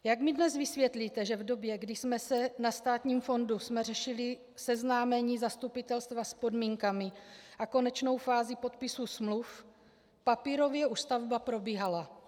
Jak mi dnes vysvětlíte, že v době, kdy jsme na státním fondu řešili seznámení zastupitelstva s podmínkami a konečnou fází podpisu smluv, papírově už stavba probíhala.